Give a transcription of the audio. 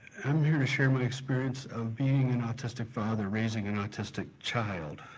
i'm here to share my experience of being an autistic father raising an autistic child.